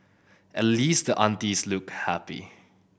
at least the aunties looked happy